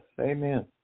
amen